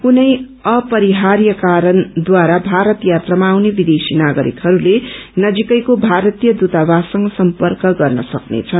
कुनै अपरिहार्यकारणद्वारा भारत यात्रामा आउने विदेशी नागरिकहरूले नजिकैको भारतीय दूतावाससँग सम्पर्क गर्न सक्नेछन्